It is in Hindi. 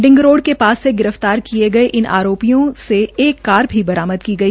डिंग रोड के पास से गिरफ्तार किये गये इन आरोपियों से एक कार भी बरामद की गई